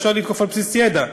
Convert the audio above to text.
ואפשר לתקוף על בסיס ידע.